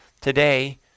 Today